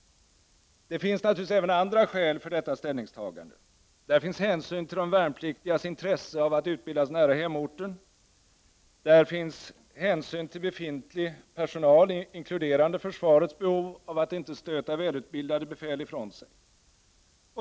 Det finns naturligtvis även andra skäl för detta ställningstagande. Där finns hänsyn till de värnpliktigas intresse av att utbildas nära hemorten, där finns hänsyn till befintlig personal, inkluderande försvarets behov av att inte stöta välutbildade befäl ifrån sig.